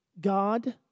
God